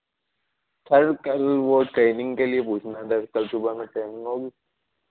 سر کل وہ ٹریننگ کے لیے پوچھنا تھا کل صبح میں ٹرینگ ہوگی